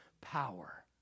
power